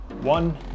one